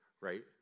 right